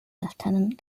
lieutenant